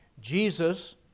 Jesus